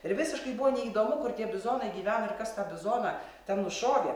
ir visiškai buvo neįdomu kur tie bizonai gyveno ir kas tą bizoną ten nušovė